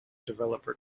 developer